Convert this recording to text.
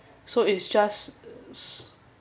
so it's just